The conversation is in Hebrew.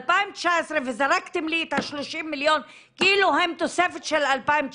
2019 וזרקתם לי את ה-30 מיליון כאילו הם תוספת של 2019?